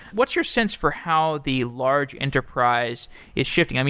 what's your sense for how the large enterprise is shifting?